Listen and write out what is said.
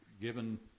given